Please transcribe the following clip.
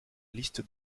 liste